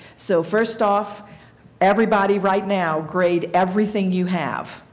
so first off everybody right now grade everything you have,